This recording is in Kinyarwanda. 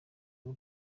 w’u